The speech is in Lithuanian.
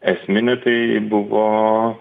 esminė tai buvo